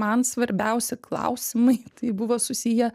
man svarbiausi klausimai tai buvo susiję